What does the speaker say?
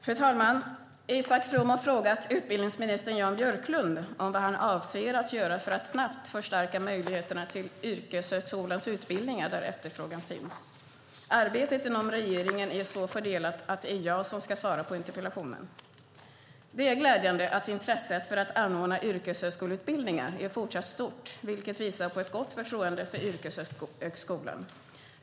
Fru talman! Isak From har frågat utbildningsminister Jan Björklund om vad han avser att göra för att snabbt förstärka möjligheterna till yrkeshögskoleutbildningar där efterfrågan finns. Arbetet inom regeringen är så fördelat att det är jag som ska svara på interpellationen. Det är glädjande att intresset för att anordna yrkeshögskoleutbildningar är fortsatt stort, vilket visar på ett gott förtroende för yrkeshögskolan.